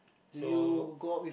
so